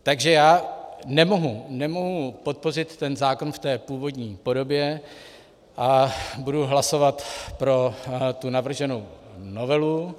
Takže já nemohu podpořit ten zákon v původní podobě a budu hlasovat pro navrženou novelu.